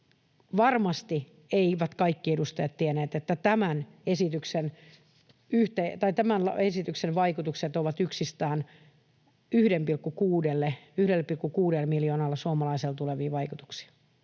Varmasti eivät kaikki edustajat tienneet, että tämän esityksen vaikutukset ovat yksistään 1,6 miljoonalle suomalaiselle tulevia vaikutuksia.